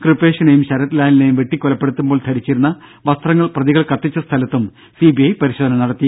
കൃപേഷിനേയും ശരത് വെട്ടിക്കൊലപ്പെടുത്തുമ്പോൾ ലാലിനെയും ധരിച്ചിരുന്ന വസ്ത്രങ്ങൾ പ്രതികൾ കത്തിച്ച സ്ഥലത്തും സി ബിഐ പരിശോധന നടത്തി